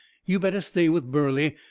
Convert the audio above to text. you better stay with burley.